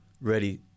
ready